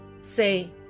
say